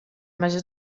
major